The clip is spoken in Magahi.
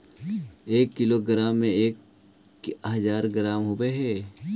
एक किलोग्राम में एक हज़ार ग्राम होव हई